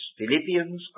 Philippians